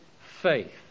faith